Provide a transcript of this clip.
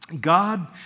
God